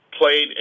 played